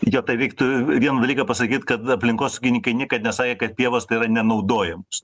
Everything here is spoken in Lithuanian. jo tai reiktų vieną dalyką pasakyt kad aplinkosaugininkai niekad nesakė kad pievos tai yra nenaudojamos